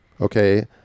Okay